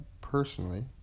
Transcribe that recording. personally